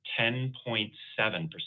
10.7%